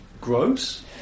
gross